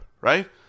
right